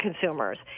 consumers